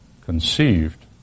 conceived